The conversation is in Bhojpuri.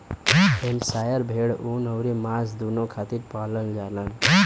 हैम्पशायर भेड़ ऊन अउरी मांस दूनो खातिर पालल जाला